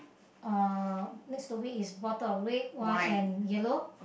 uh next to it is bottle of red white and yellow